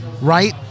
right